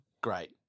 great